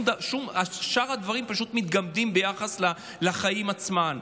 שאר הדברים פשוט מתגמדים ביחס לחיים עצמם.